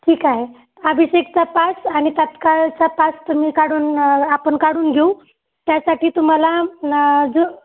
ठीक आहे अभिषेकचा पास आणि तात्काळचा पास तुम्ही काढून आपण काढून घेऊ त्यासाठी तुम्हाला जो